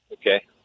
Okay